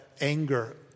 anger